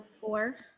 Four